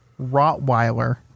Rottweiler